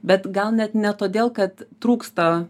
bet gal net ne todėl kad trūksta